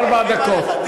ארבע דקות.